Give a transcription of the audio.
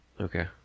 Okay